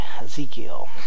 Ezekiel